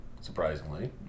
surprisingly